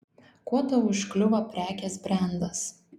kuo tau užkliuvo prekės brendas